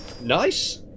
Nice